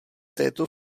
této